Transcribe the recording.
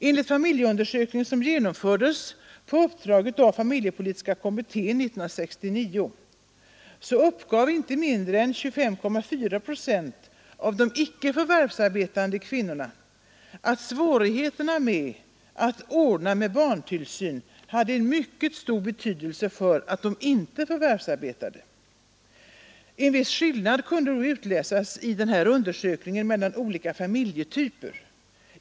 Enligt familjeundersökningen, som genomfördes på uppdrag av familjepolitiska kommitten under 1969, uppgavinte mindre än 25,4 procent av de icke förvärvsarbetande kvinnorna att svårigheten med att ordna barntillsynen hade mycket stor betydelse för det förhållandet att de inte förvärvsarbetade. En viss skillnad kunde utläsas i undersökningen mellan olika familjetyper.